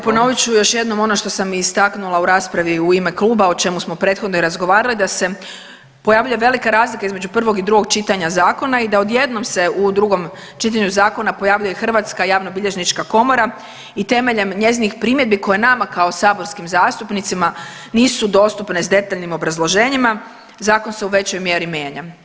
Evo ponovit ću još jednom ono što sam i istaknula u raspravi u ime kluba, o čemu smo prethodno i razgovarali da se pojavljuje velika razlika između prvog i drugog čitanja zakona i da odjednom se u drugom čitanju zakona pojavljuje Hrvatska javnobilježnička komora i temeljem njezinih primjedbi koje nama kao saborskim zastupnicima nisu dostupne s detaljnim obrazloženjima, zakon se u većoj mjeri mijenja.